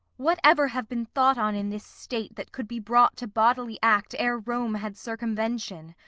what ever have been thought on in this state, that could be brought to bodily act ere rome had circumvention!